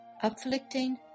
afflicting